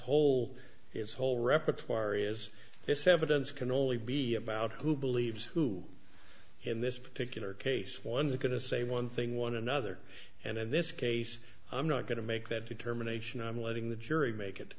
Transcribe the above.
whole his whole repertoire is this evidence can only be about who believes who in this particular case one is going to say one thing one another and in this case i'm not going to make that determination i'm letting the jury make it